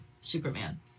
superman